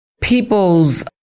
people's